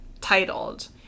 titled